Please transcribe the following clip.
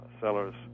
Sellers